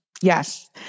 Yes